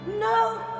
No